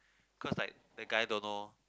cause like the guy don't know